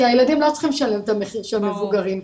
כי הילדים לא צריכים לשלם את המחיר של המבוגרים פה.